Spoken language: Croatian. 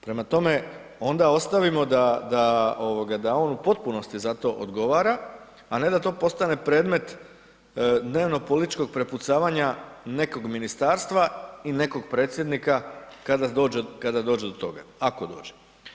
Prema tome, onda ostavimo da on u potpunosti za to odgovara, a ne da to postane predmet dnevnopolitičkog prepucavanja nekog ministarstva i nekog predsjednika kada dođe do toga, ako dođe.